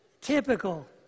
typical